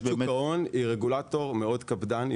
רשות שוק ההון היא רגולטור מאוד קפדן.